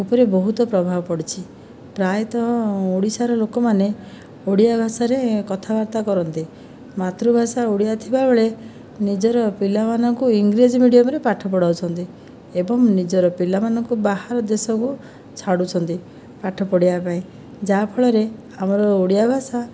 ଉପରେ ବହୁତ ପ୍ରଭାବ ପଡ଼ିଛି ପ୍ରାୟତଃ ଓଡ଼ିଶାର ଲୋକମାନେ ଓଡ଼ିଆ ଭାଷାରେ କଥାବାର୍ତ୍ତା କରନ୍ତି ମାତୃଭାଷା ଓଡ଼ିଆ ଥିବାବେଳେ ନିଜର ପିଲାମାନଙ୍କୁ ଇଂରାଜୀ ମିଡିୟମ୍ରେ ପାଠ ପଢ଼ାଉଛନ୍ତି ଏବଂ ନିଜର ପିଲାମାନଙ୍କୁ ବାହାର ଦେଶକୁ ଛାଡ଼ୁଛନ୍ତି ପାଠ ପଢ଼ିବା ପାଇଁ ଯାହାଫଳରେ ଆମର ଓଡ଼ିଆ ଭାଷା